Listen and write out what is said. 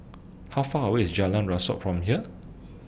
How Far away IS Jalan Rasok from here